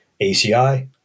ACI